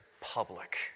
public